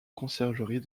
conciergerie